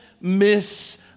miss